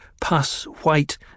pus-white